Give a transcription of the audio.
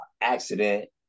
accident